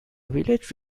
village